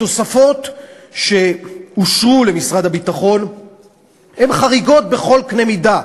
התוספות שאושרו למשרד הביטחון הן חריגות בכל קנה מידה,